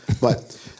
But-